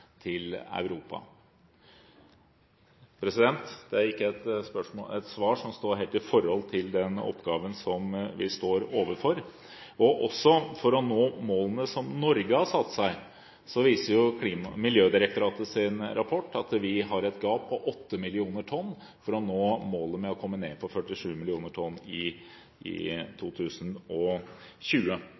til Europa. Det er ikke et svar som står helt i forhold til den oppgaven vi står overfor. Miljødirektoratets rapport viser at Norge har et gap på 8 millioner tonn for å nå målet vi har satt om å komme ned på 47 millioner tonn i 2020.